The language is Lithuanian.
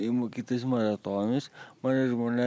imu kitus maratonus mano žmona